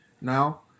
Now